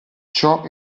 ciò